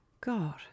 God